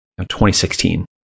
2016